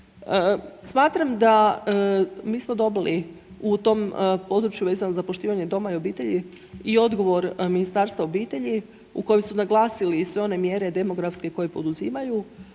Smatram da, mi smo dobili u tom području vezano za poštivanje doma i obitelji i odgovor Ministarstva obitelji u kojem su naglasili i sve one mjere demografske koje poduzimaju,